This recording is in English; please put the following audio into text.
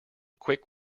quick